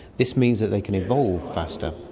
this means that they can evolve faster.